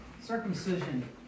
circumcision